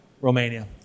Romania